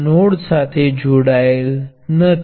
તો તેનો અર્થ શું છે